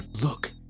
Look